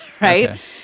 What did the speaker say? right